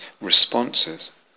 responses